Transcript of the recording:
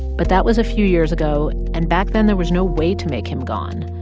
but that was a few years ago. and back then, there was no way to make him gone.